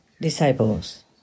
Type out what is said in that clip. disciples